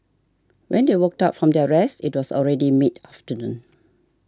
when they woke up from their rest it was already mid afternoon